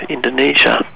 Indonesia